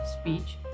speech